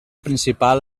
principal